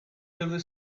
railway